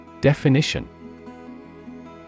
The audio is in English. Definition